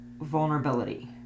vulnerability